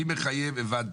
מי מחייב הבנתי.